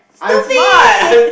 stupid